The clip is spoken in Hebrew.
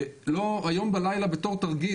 היום בלילה בתור תרגיל,